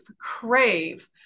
crave